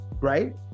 right